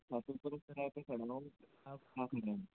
खातीपुरा चौराहे पर खड़ा हूँ आप कहाँ खड़े हैं